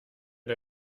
mal